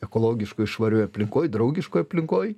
ekologiškoj švarioj aplinkoj draugiškoj aplinkoj